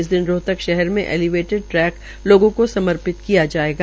इसी दिन रोहतक शहर में एलवेटिड ट्रैक लोगों को सर्पित किया जायेगा